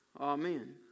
Amen